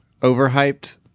Overhyped